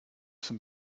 some